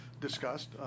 discussed